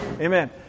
Amen